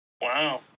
Wow